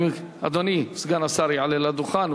אדוני סגן השר יעלה לדוכן,